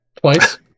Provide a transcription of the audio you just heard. twice